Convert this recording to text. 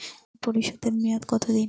ঋণ পরিশোধের মেয়াদ কত দিন?